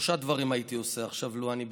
שלושה דברים הייתי עושה עכשיו לו אני בנעליכם: